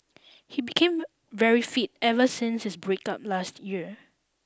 he became very fit ever since his breakup last year